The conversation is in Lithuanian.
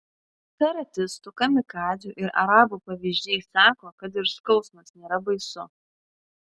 karatistų kamikadzių ir arabų pavyzdžiai sako kad ir skausmas nėra baisu